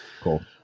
Cool